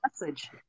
message